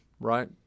right